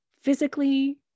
physically